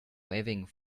waving